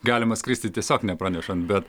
galima skristi tiesiog nepranešant bet